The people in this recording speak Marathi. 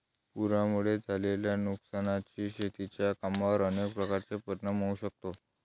पुरामुळे झालेल्या नुकसानीचा शेतीच्या कामांवर अनेक प्रकारे परिणाम होऊ शकतो